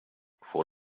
vor